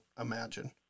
imagine